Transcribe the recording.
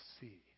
see